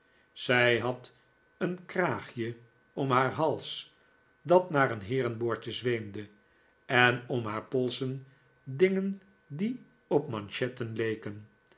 zij had een kraagje om haar hals dat naar een heerenboordje zweemde en om haar polsen dingen die op manchetten leken